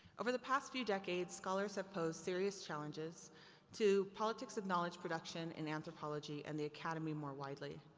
over the past few decades scholars have posed serious challenges to politics of knowledge production and anthropology and the academy more widely.